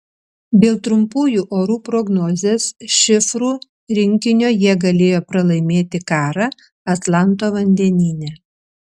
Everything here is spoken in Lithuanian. dėl trumpųjų orų prognozės šifrų rinkinio jie galėjo pralaimėti karą atlanto vandenyne